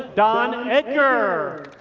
don edgar.